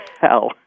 hell